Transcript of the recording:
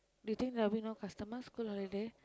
do you think there will be no customers school holiday